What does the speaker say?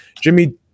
Jimmy